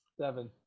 seven